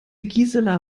gisela